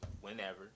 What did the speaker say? whenever